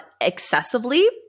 excessively